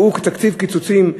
שהוא תקציב קיצוצים,